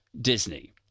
Disney